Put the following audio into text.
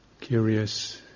curious